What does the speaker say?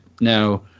Now